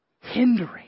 hindering